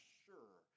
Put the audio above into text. sure